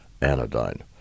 Anodyne